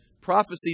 prophecy